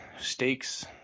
stakes